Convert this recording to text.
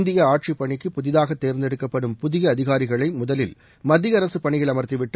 இந்திய ஆட்சிப் பணிக்கு புதிதாக தேர்ந்தெடுக்கப்படும் புதிய அதிகாரிகளை முதலில் மத்திய அரசு பணியில் அமர்த்திவிட்டு